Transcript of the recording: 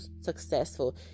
successful